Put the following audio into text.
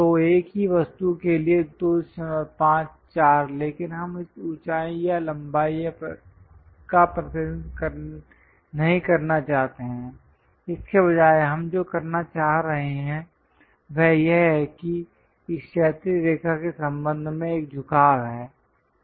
तो एक ही वस्तु के लिए 25 4 लेकिन हम इस ऊंचाई या लंबाई का प्रतिनिधित्व नहीं करना चाहते हैं इसके बजाय हम जो करना चाह रहे हैं वह यह है कि इस क्षैतिज रेखा के संबंध में एक झुकाव है